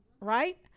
right